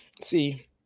see